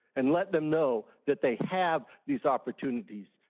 and let them know that they have these opportunities,